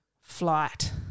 flight